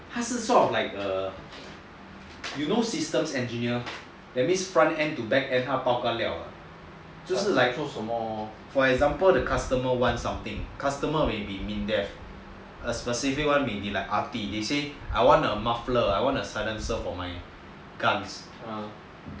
她是 sort of like a you know systems engineer that means front end to back end 她 bao ka liao 就是 like for example the customer wants something customer in MINDEF a specific one like R_T they say I want a silencer for my guns